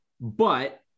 but-